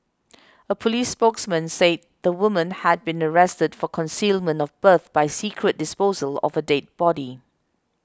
a police spokesman said the woman had been arrested for concealment of birth by secret disposal of a dead body